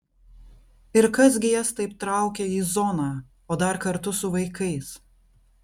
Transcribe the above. ir kas gi jas taip traukia į zoną o dar kartu su vaikais